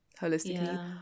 holistically